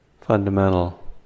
fundamental